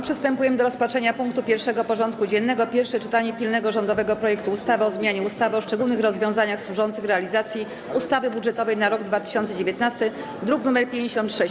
Przystępujemy do rozpatrzenia punktu 1. porządku dziennego: Pierwsze czytanie pilnego rządowego projektu ustawy o zmianie ustawy o szczególnych rozwiązaniach służących realizacji ustawy budżetowej na rok 2019 (druk nr 56)